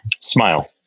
Smile